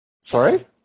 Sorry